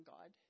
God